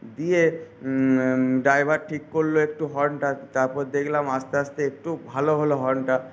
দিয়ে ড্রাইভার ঠিক করল একটু হর্নটা তারপর দেখলাম আসতে আসতে একটু ভালো হল হর্নটা